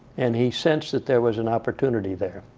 and he sensed that there was an opportunity there.